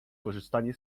korzystanie